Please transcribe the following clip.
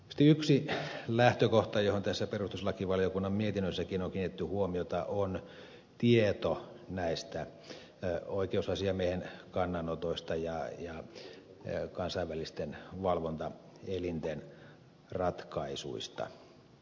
yksi lähtökohta johon tässä perustuslakivaliokunnan mietinnössäkin on kiinnitetty huomiota on tieto näistä oikeusasiamiehen kannanotoista ja kansainvälisten valvontaelinten ratkaisuista